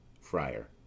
Friar